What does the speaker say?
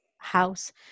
house